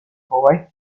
boy